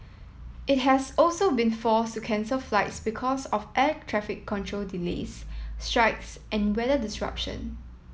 it has also been forced to cancel flights because of air traffic control delays strikes and weather disruption